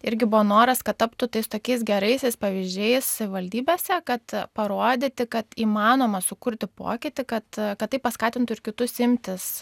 irgi buvo noras kad taptų tais tokiais geraisiais pavyzdžiais savivaldybėse kad parodyti kad įmanoma sukurti pokytį kad kad tai paskatintų ir kitus imtis